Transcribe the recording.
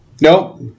Nope